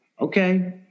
Okay